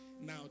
Now